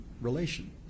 relation